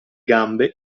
gambe